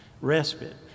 respite